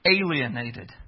alienated